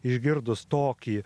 išgirdus tokį